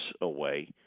away